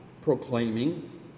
proclaiming